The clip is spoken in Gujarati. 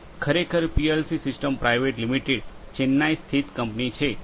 તે ખરેખર PLC systems private limited Chennai સ્થિત કંપની છે